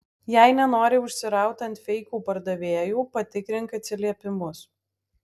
jei nenori užsiraut ant feikų pardavėjų patikrink atsiliepimus